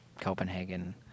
Copenhagen